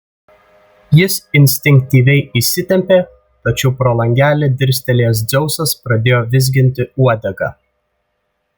jis instinktyviai įsitempė tačiau pro langelį dirstelėjęs dzeusas pradėjo vizginti uodegą